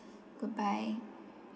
goodbye